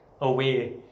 away